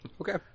Okay